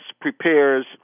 prepares